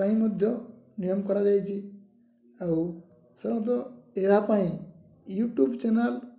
ପାଇଁ ମଧ୍ୟ ନିୟମ କରାଯାଇଛି ଆଉ ଏହା ପାଇଁ ୟୁଟ୍ୟୁବ୍ ଚ୍ୟାନେଲ୍